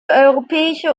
europäische